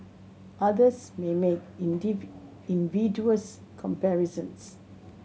others may make invidious comparisons